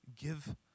give